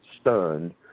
stunned